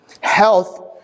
Health